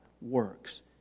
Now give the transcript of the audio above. works